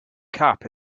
cap